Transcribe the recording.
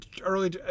early